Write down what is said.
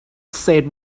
said